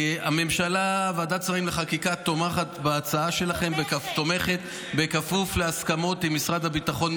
ועדת שרים לחקיקה תומכת בהצעה שלכם בכפוף להסכמות עם המשרדים ביטחון,